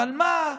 אבל מה,